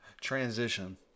Transition